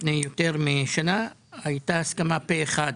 לפני יותר משנה, הייתה הסכמה פה אחד